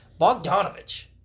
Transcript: Bogdanovich